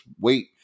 wait